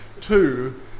two